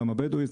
גם הבדואי.